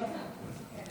אחר שאני